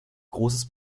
großes